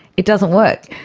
it doesn't work.